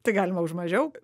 tai galima už mažiau